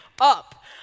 up